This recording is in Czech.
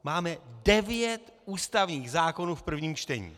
Máme devět ústavních zákonů v prvním čtení.